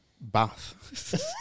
Bath